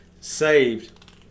saved